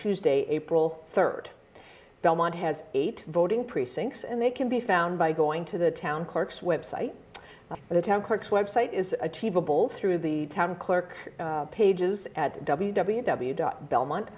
tuesday april third belmont has eight voting precincts and they can be found by going to the town clerk's website of the town court's website is achievable through the town clerk pages at w w w dot belmont